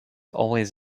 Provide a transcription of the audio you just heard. always